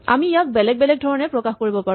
আমি ইয়াক বেলেগ বেলেগ ধৰণে প্ৰকাশ কৰিব পাৰো